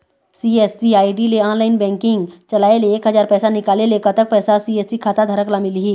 CSC ID ले online banking चलाए ले एक हजार पैसा निकाले ले कतक पैसा सी.एस.सी खाता धारक ला मिलही?